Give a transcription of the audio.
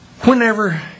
Whenever